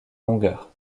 longueur